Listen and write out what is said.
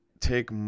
take